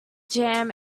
jam